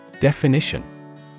Definition